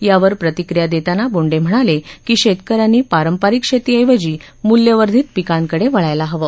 यावर प्रतिक्रिया देताना बोंडे म्हणाले की शेतकऱ्यांनी पारंपरिक शेतीऐवजी मूल्यवर्धित पिकांकडे वळायला हवं